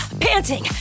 panting